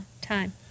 time